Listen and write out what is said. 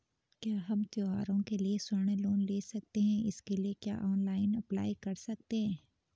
क्या हम त्यौहारों के लिए स्वर्ण लोन ले सकते हैं इसके लिए क्या ऑनलाइन अप्लाई कर सकते हैं?